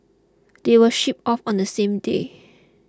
they were shipped off on the same day